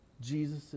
Jesus